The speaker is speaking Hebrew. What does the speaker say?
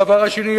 הדבר השני,